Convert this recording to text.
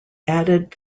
added